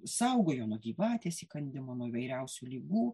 saugojo nuo gyvatės įkandimo nuo įvairiausių ligų